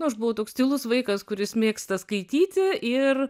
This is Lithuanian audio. nu aš buvau toks tylus vaikas kuris mėgsta skaityti ir